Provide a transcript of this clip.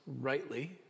rightly